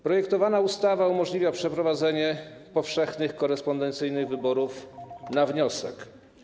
Projektowana ustawa umożliwia przeprowadzenie powszechnych korespondencyjnych wyborów na wniosek.